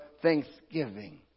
Thanksgiving